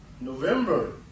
November